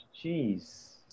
jeez